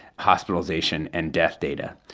hospitalization and death data.